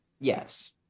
Yes